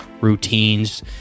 routines